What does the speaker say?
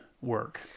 work